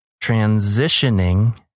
transitioning